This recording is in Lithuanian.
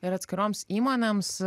ir atskiroms įmonėms